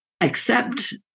accept